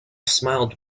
smiled